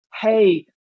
hey